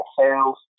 sales